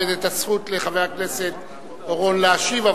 עומדת הזכות לחבר הכנסת אורון להשיב,